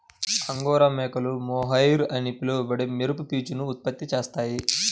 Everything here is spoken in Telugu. అంగోరా మేకలు మోహైర్ అని పిలువబడే మెరుపు పీచును ఉత్పత్తి చేస్తాయి